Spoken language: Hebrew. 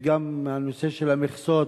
וגם הנושא של המכסות